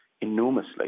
enormously